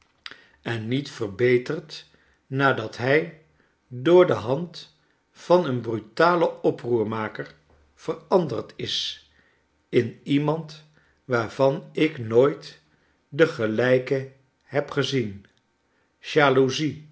en niet verbeterd nadat hij door de hand van een brutalen oproermaker veranderd is in iemand waarvan ik nooit den gelijke heb gezien